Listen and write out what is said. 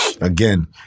Again